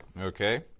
Okay